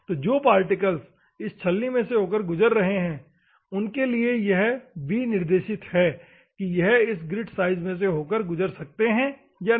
तो जो पार्टिकल्स इस छलनी में से होकर गुजर रहे हैं उनके लिए यह विनिर्देशित है कि यह इस ग्रिट साइज में से होकर गुजर सकते हैं या नहीं